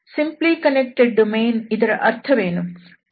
simply connected domain ಇದರ ಅರ್ಥವೇನು